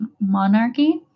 Monarchy